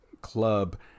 club